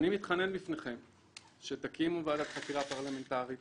אני מתחנן לפניכם שתקימו ועדת חקירה פרלמנטרית